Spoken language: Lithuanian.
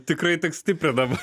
tikrai tik stiprinam